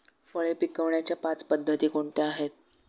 फळे विकण्याच्या पाच पद्धती कोणत्या आहेत?